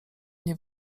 nie